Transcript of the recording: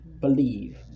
believe